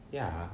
ya